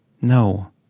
No